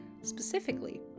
specifically